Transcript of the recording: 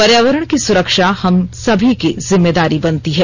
पर्यावरण की सुरक्षा हम सभी की जिम्मेदारी बनती है